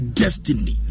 destiny